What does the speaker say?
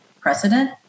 precedent